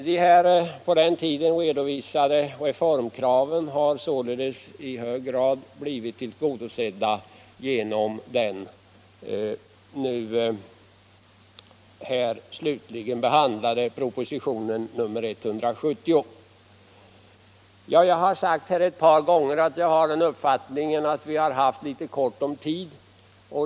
De på den tiden redovisade reformkraven har således i hög grad blivit tillgodosedda genom den här nu slutgiltigt behandlade propositionen 170. Jag har sagt ett par gånger att vi har haft litet ont om tid.